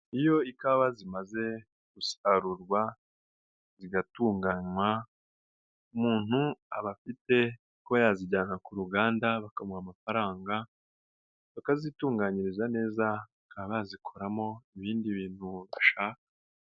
Iyo ikawa zimaze gusarurwa zigatunganywa, umuntu aba afite kuba yazijyana ku ruganda bakamuha amafaranga bakazitunganyiriza neza, bakaba bazikoramo ibindi bintu bashaka.